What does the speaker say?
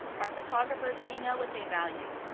our photographers, we know what they value.